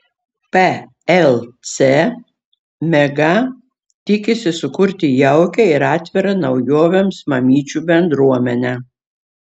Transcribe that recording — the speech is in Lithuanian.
plc mega tikisi sukurti jaukią ir atvirą naujovėms mamyčių bendruomenę